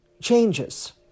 changes